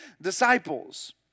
disciples